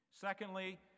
Secondly